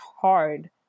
hard